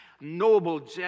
noble